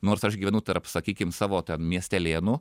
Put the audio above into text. nors aš gyvenu tarp sakykim savo miestelėnų